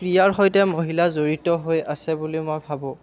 ক্ৰীড়াৰ সৈতে মহিলা জড়িত হৈ আছে বুলি মই ভাবোঁ